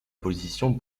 position